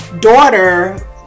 daughter